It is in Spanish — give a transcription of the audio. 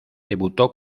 debutó